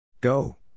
Go